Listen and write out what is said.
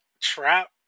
trap